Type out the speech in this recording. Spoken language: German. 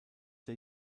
der